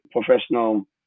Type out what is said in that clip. professional